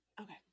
Okay